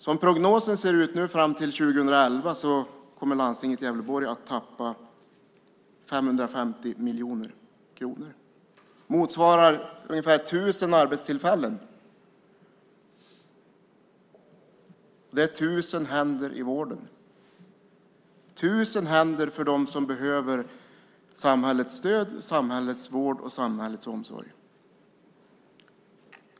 Som prognosen ser ut nu fram till 2011 kommer landstinget i Gävleborg att tappa 550 miljoner kronor. Det motsvarar ungefär tusen arbetstillfällen. Det är tusen par händer i vården. Tusen par händer för dem som behöver samhällets stöd, samhällets vård och samhällets omsorg.